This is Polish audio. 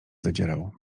zadzierał